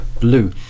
Blue